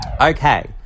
Okay